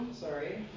sorry